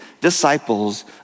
disciples